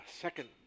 second